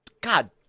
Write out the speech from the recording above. God